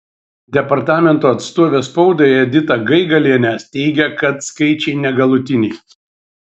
departamento atstovė spaudai edita gaigalienė teigia kad skaičiai negalutiniai